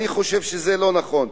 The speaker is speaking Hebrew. אני חושב שזה לא נכון.